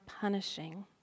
punishing